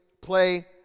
play